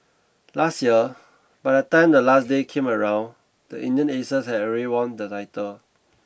last year by the time the last day came around the Indian Aces had already won the title